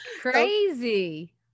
crazy